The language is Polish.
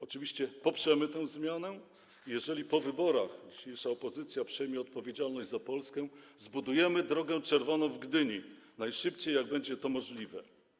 Oczywiście poprzemy tę zmianę i jeżeli po wyborach dzisiejsza opozycja przejmie odpowiedzialność za Polskę, zbudujemy drogę czerwoną w Gdyni najszybciej, jak będzie to możliwe.